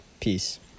Peace